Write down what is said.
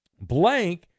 blank